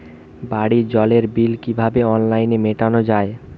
বাড়ির জলের বিল কিভাবে অনলাইনে মেটানো যায়?